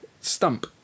Stump